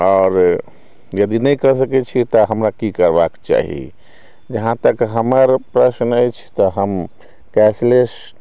आओर यदि नहि कऽ सकै छी तऽ हमरा की करबाके चाही जहाँ तक हमर प्रश्न अछि तऽ हम कैशलेस